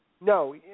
no